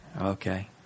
Okay